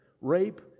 Rape